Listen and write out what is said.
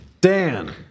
Dan